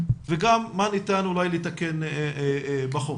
וגם מה ניתן אולי לתקן בחוק.